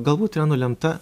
galbūt yra nulemta